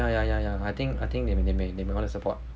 oh ya ya ya ya I think I think they they may they may want to support